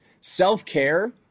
Self-care